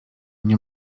nie